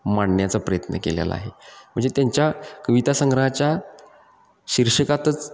मांडण्याचा प्रयत्न केलेला आहे म्हणजे त्यांच्या कविता संग्रहाच्या शीर्षकातच